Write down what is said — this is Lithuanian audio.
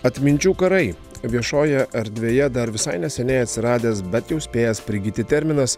atminčių karai viešojoje erdvėje dar visai neseniai atsiradęs bet jau spėjęs prigyti terminas